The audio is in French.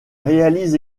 réalise